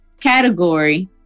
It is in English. category